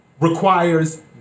requires